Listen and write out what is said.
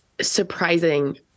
surprising